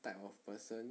type of person